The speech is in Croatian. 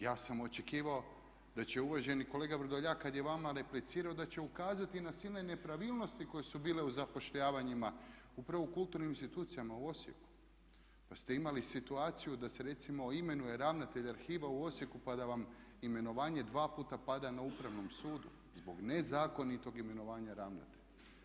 Ja sam očekivao da će uvaženi kolega Vrdoljak kada je vama replicirao da će ukazati na silne nepravilnosti koje su bile u zapošljavanjima upravo kulturnim institucijama u Osijeku pa ste imali situaciju da se recimo imenuje ravnatelj Arhiva u Osijeku pa da vam imenovanje dva puta pada na Upravnom sudu zbog nezakonitog imenovanja ravnatelja.